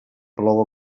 plou